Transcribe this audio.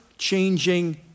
changing